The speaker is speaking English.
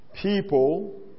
People